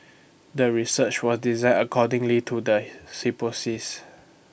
the research was designed accordingly to the hypothesis